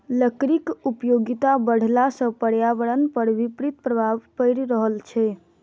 लकड़ीक उपयोगिता बढ़ला सॅ पर्यावरण पर विपरीत प्रभाव पड़ि रहल छै